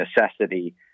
necessity